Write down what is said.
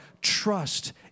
trust